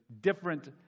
different